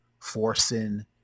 forcing